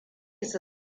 su